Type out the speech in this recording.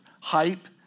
hype